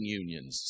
unions